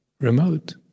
remote